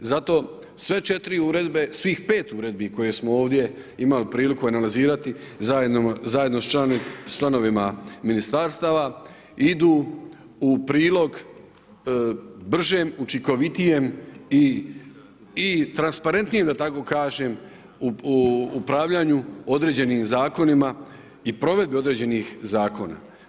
Zato sve 4 uredbe, svih 5 uredbi koje smo ovdje imali priliku analizirati zajedno sa članovima ministarstava idu u prilog, bržem, učinkovitijem i transparetnijem da tako kažem upravljanju određenim zakonima i provedbe određenih zakona.